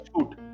shoot